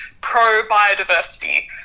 pro-biodiversity